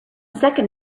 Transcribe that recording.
second